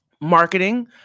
marketing